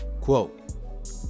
quote